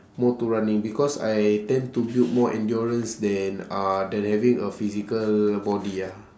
more to running because I tend to build more endurance than uh than having a physical body ah